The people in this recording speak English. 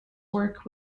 work